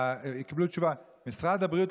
ומה עשה ראש הממשלה מהמשרד הזה,